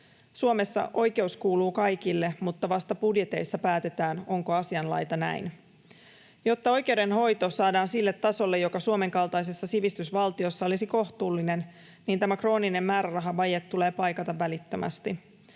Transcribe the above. Suomessa oikeus kuuluu kaikille, mutta vasta budjeteissa päätetään, onko asianlaita näin. Jotta oikeudenhoito saadaan sille tasolle, joka Suomen kaltaisessa sivistysvaltiossa olisi kohtuullinen, tämä krooninen määrärahavaje tulee paikata välittömästi.